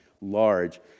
large